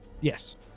Yes